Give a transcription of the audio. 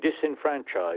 disenfranchised